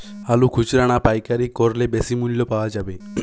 আলু খুচরা না পাইকারি করলে বেশি মূল্য পাওয়া যাবে?